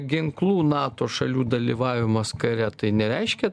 ginklų nato šalių dalyvavimas kare tai nereiškia